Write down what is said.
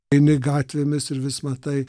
eini gatvėmis ir vis matai